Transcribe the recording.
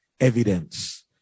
evidence